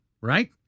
right